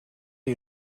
you